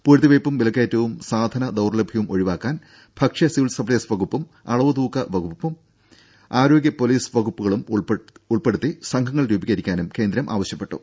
പൂഴ്ത്തിവെപ്പും വിലക്കയറ്റവും സാധന ദൌർലഭ്യവും ഒഴിവാക്കാൻ ഭക്ഷ്യ സിവിൽ സപ്ലൈസ് വകുപ്പും അളവ് തൂക്ക വകുപ്പും ആരോഗ്യ പൊലീസ് വകുപ്പുകളെയും ഉൾപ്പെടുത്തി സംഘങ്ങൾ രൂപീകരിക്കാനും കേന്ദ്രം ആവശ്യപ്പെട്ടു